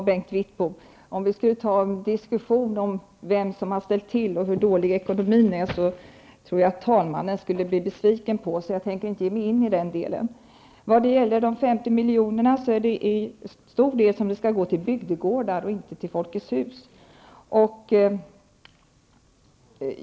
Herr talman! Om vi skall ha en diskussion om vem som har ställt till och hur dålig ekonomin är, tror jag att talmannen skulle bli besviken på oss. Jag tänker inte ge mig in i den diskussionen. En stor del av de 50 milj.kr. skall gå till bygdegårdar och inte till Folkets hus.